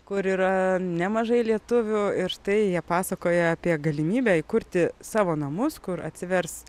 kur yra nemažai lietuvių ir štai jie pasakoja apie galimybę įkurti savo namus kur atsivers